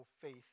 faith